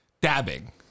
dabbing